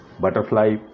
butterfly